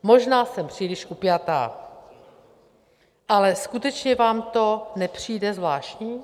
Možná jsem příliš upjatá, ale skutečně vám to nepřijde zvláštní?